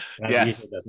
Yes